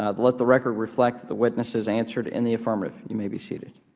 ah let the record reflect the witnesses answered in the affirmative. you may be seated.